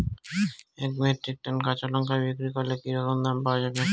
এক metric tonne কাঁচা লঙ্কা বিক্রি করলে কি রকম দাম পাওয়া যাবে?